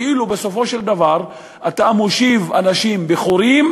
כאילו בסופו של דבר אתה מושיב אנשים בחורים,